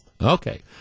Okay